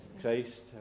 Christ